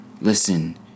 Listen